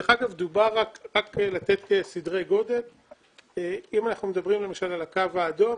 דרך אגב רק לתת סדרי גודל - אם אנחנו מדברים למשל על הקו האדום,